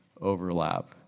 overlap